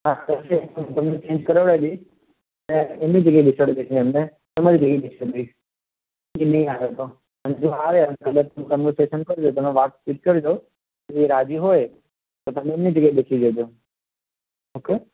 હા થશે તો હું તમને ચેંજ કરાવડાવી દઇશ ને એમની જગ્યાએ બેસાડી દઇશ ને એમને તમારી જગ્યાએ બેસાડી દઇશ જોએ માને તો અને જો કન્વરસેસન કરીએ તમે વાતચીત કરી લો જો એ રાજી હોય તો તમે એમની જગ્યાએ બેસી જજો ઑકે